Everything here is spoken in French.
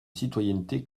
citoyenneté